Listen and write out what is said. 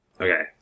Okay